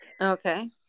okay